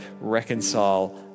reconcile